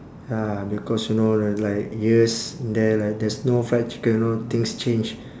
ya because you know l~ like years there like there's no fried chicken you know things change